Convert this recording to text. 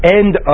end